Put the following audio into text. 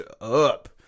up